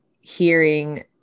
hearing